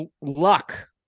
luck